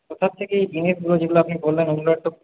কোথা থেকে এই জিনিসগুলো যেগুলো আপনি বললেন ওগুলো একটু